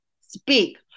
speak